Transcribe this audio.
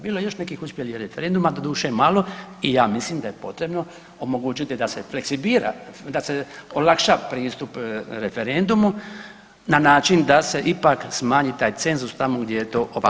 Bilo je još nekih uspjelih referenduma, doduše malo i ja mislim da je potrebno omogućiti da se fleksibira, da se olakša pristup referendumu na način da se ipak smanji taj cenzus tamo gdje je to opravdano.